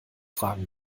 fragen